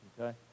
Okay